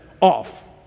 off